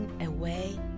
away